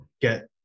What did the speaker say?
get